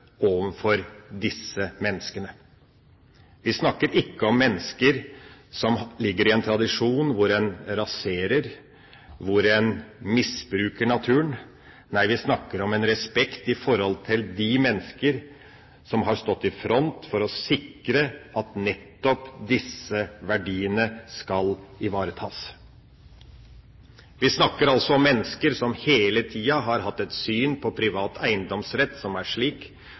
tradisjon hvor en raserer, hvor en misbruker naturen. Nei, vi snakker om en respekt for de mennesker som har stått i front for å sikre at nettopp disse verdiene skal ivaretas. Vi snakker altså om mennesker som hele tida har hatt et syn på privat eiendomsrett som er slik